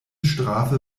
strafe